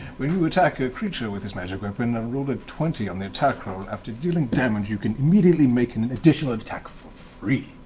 when you attack a creature with this magic weapon and roll a twenty on the attack roll, after dealing damage, you can immediately make an additional attack for free.